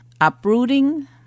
uprooting